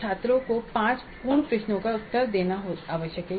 छात्रों को 5 पूर्ण प्रश्नों का उत्तर देना आवश्यक है